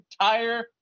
entire